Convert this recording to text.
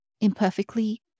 imperfectly